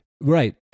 Right